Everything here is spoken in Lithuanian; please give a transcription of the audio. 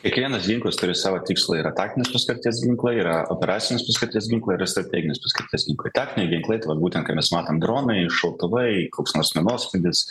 kiekvienas ginklas turi savo tikslą yra taktinės paskirties ginklai yra operacinės paskirties ginklai yra strateginės paskirties taktiniai ginklai tai vat būtent kai mes matom dronai šautuvai koks nors minosvaidis